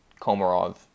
Komarov